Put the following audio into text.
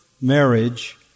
marriage